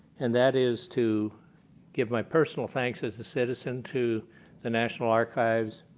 and that is to give my personal thanks, as a citizen, to the national archives,